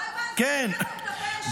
לא הבנתי על מי אתה מדבר שהוא מופרע מינית.